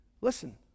listen